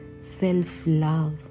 self-love